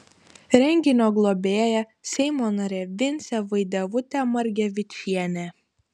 renginio globėja seimo narė vincė vaidevutė margevičienė